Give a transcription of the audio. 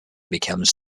becomes